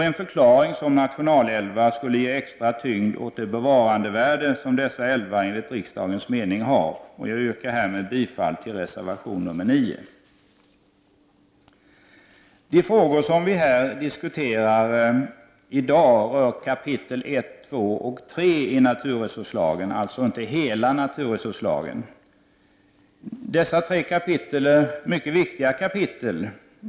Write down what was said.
En förklaring som nationalälvar skulle ge extra tyngd åt det bevarandevärde som dessa älvar enligt riksdagens mening har. Jag yrkar härmed bifall till reservation 9. De frågor som vi diskuterar här i dag rör kap. 1,2 och 3 i naturresurslagen, alltså inte hela lagen. Vi är överens om att dessa kapitel är mycket viktiga.